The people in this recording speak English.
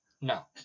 No